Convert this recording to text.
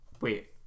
wait